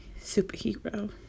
superhero